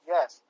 Yes